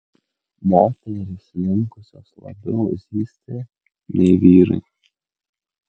moterys linkusios labiau zyzti nei vyrai